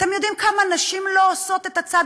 אתם יודעים כמה נשים לא עושות את הצעד